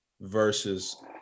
versus